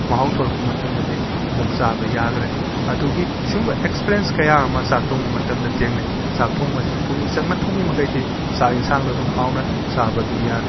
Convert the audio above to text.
ꯃꯍꯥꯎ ꯊꯣꯛꯂꯛꯄ ꯃꯇꯝꯗꯗꯤ ꯑꯃꯨꯛ ꯆꯥꯕ ꯌꯥꯈꯔꯦ ꯑꯗꯨꯒꯤ ꯑꯁꯨꯝꯕ ꯑꯦꯛꯁꯄ꯭ꯔꯦꯟꯁ ꯀꯌꯥ ꯑꯃ ꯆꯥꯛ ꯊꯣꯡꯕ ꯃꯇꯝꯗ ꯊꯦꯡꯅꯩ ꯆꯥꯛ ꯊꯣꯡꯕꯁꯤꯅ ꯄꯨꯛꯅꯤꯡ ꯆꯪꯅ ꯊꯣꯡꯉꯤꯃꯈꯩꯗꯤ ꯆꯥꯛ ꯌꯦꯟꯁꯥꯡꯗꯣ ꯑꯗꯨꯝ ꯍꯥꯎꯅ ꯆꯥꯕ ꯑꯗꯨꯝ ꯌꯥꯔꯦ